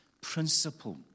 principle